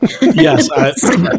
Yes